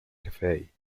cafe